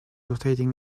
rotating